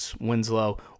Winslow